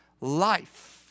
life